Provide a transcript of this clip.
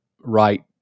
right